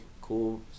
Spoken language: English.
cool